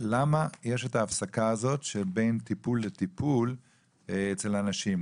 למה יש את ההפסקה הזאת שבין טיפול לטיפול אצל אנשים?